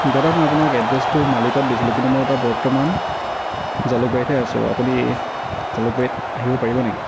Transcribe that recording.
দাদা মই আপোনাক এড্ৰেছটো মালিগাঁৱত দিছিলোঁ কিন্তু মোৰ এটা বৰ্তমান জালুকবাৰীতহে আছোঁ আপুনি জালুকবাৰীত আহিব পাৰিব নেকি